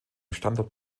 standort